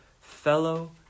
fellow